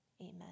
Amen